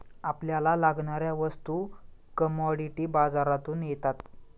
आपल्याला लागणाऱ्या वस्तू कमॉडिटी बाजारातून येतात